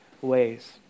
ways